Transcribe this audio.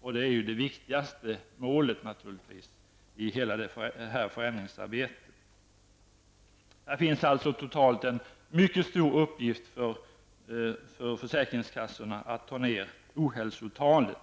och det är naturligtvis det viktigaste målet i detta förändringsarbete. Sammanfattningsvis är det en mycket stor uppgift för försäkringskassorna att få ned ohälsotalen.